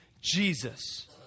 Jesus